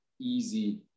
easy